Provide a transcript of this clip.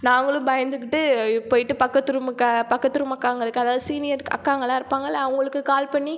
நாங்களும் பயந்துக்கிட்டு போயிட்டு பக்கத்து ரூம் க பக்கத்து ரூம் அக்காக்கங்களுக்கு அதாவது சீனியர் அக்காங்கல்லாம் இருப்பாங்கல்ல அவங்களுக்கு கால் பண்ணி